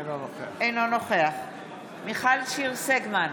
אינו נוכח מיכל שיר סגמן,